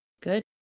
Good